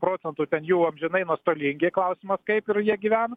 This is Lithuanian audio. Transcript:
procentų ten jau amžinai nuostolingi klausimas kaip jie gyvena